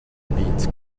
beads